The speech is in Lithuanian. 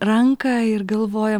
ranką ir galvoja